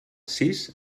sis